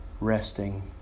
resting